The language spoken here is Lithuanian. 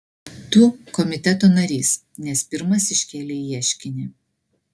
tu komiteto narys nes pirmas iškėlei ieškinį